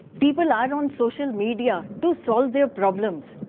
people are on social media to solve their problems.